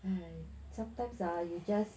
sometimes ah you just